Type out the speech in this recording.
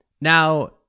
Now